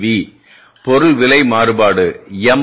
we பொருள் விலை மாறுபாடு எம்